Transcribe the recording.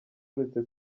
uherutse